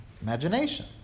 Imagination